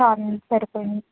సరేనండి సరిపోయాయి